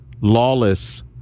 lawless